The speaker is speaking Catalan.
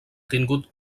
tingut